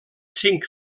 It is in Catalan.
cinc